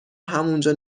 همونجا